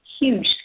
huge